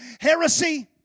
Heresy